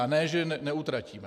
A ne že neutratíme.